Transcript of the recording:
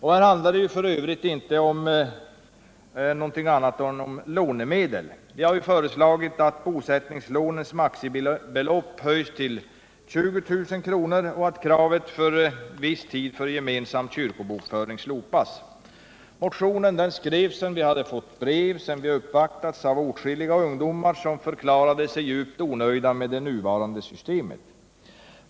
Här handlar det f. ö. inte om något annat än om lånemedel. Vi har föreslagit att bosättningslånens maximibelopp höjs till 20 000 kr. och att kravet för viss tid för gemensam kyrkobokföring slopas. Motionen skrevs sedan vi hade fått brev från och uppvaktats av åtskilliga ungdomar som förklarade sig djupt missnöjda med det nuvarande systemet.